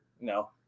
No